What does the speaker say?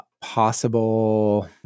possible